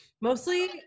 mostly